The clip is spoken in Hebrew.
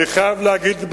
אני חייב להגיד,